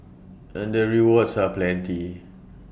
and the rewards are plenty